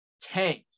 tank